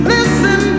Listen